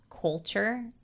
culture